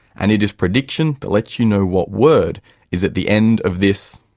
and it is prediction that lets you know what word is at the end of this,